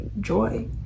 joy